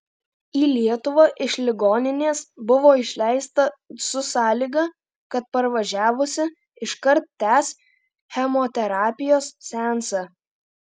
į lietuvą iš ligoninės buvo išleista su sąlyga kad parvažiavusi iškart tęs chemoterapijos seansą